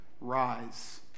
Rise